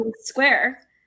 square